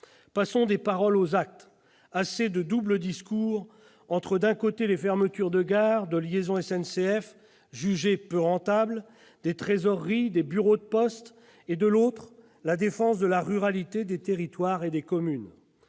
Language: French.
Passons des paroles aux actes ! Assez de doubles discours entre, d'un côté, les fermetures de gares, de liaisons SNCF, jugées trop peu rentables, de trésoreries ou de bureaux de poste et, de l'autre, la défense de la ruralité, des territoires, des communes.